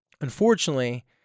Unfortunately